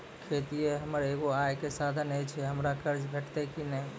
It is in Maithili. खेतीये हमर एगो आय के साधन ऐछि, हमरा कर्ज भेटतै कि नै?